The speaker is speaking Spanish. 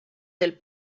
del